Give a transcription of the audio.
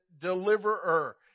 deliverer